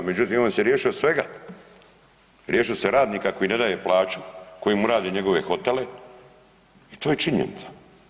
Međutim on se riješio svega, riješio se radnika kojima ne daje plaću, koji mu rade njegove hotele i to je činjenica.